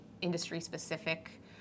industry-specific